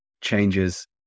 changes